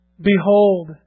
Behold